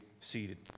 seated